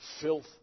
filth